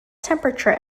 temperature